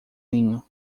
linho